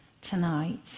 tonight